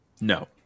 No